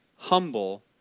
Humble